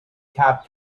cup